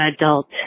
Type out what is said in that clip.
adult